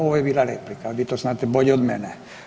Ovo je bila replika, Vi to znate bolje od mene.